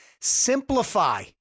Simplify